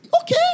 okay